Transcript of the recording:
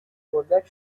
اردک